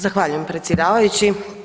Zahvaljujem predsjedavajući.